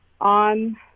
on